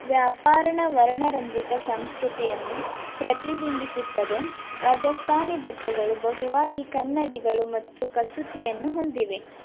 ವ್ಯಾಪಾರನ ವರ್ಣರಂಜಿತ ಸಂಸ್ಕೃತಿಯನ್ನು ಪ್ರತಿಬಿಂಬಿಸುತ್ತದೆ ರಾಜಸ್ಥಾನಿ ಬಟ್ಟೆಗಳು ಬಹುವಾಗಿ ಕನ್ನಡಿಗಳು ಮತ್ತು ಕಸೂತಿಯನ್ನು ಹೊಂದಿವೆ